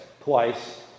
twice